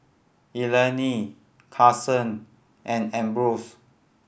Elayne Karson and Ambrose